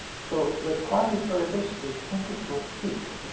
so with quasiperiodicity, things repeat.